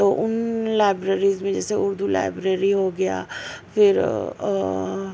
تو ان لائبریریز میں جیسے اردو لائبریری ہو گیا پھر